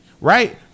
right